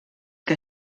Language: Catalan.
que